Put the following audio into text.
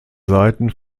seiten